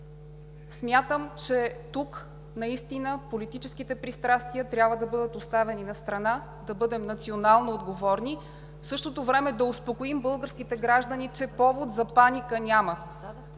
Смятам, че тук политическите пристрастия трябва да бъдат оставени настрана, да бъдем национално отговорни и в същото време да успокоим българските граждани, че повод за паника няма.